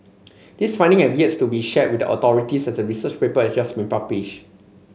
this finding have yet to be shared with the authorities as the research paper has just been published